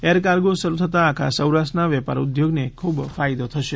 air cargo શરૂ થતાં આખા સૌરાષ્ટ્ર ના વેપાર ઉદ્યોગ ને ખૂબ ફાયદો થશે